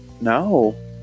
no